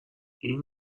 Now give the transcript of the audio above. این